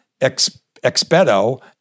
Expedo